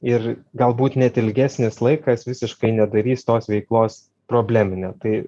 ir galbūt net ilgesnis laikas visiškai nedarys tos veiklos problemine tai